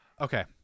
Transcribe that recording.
Okay